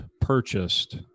purchased